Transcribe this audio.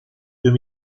deux